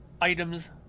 items